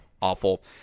Awful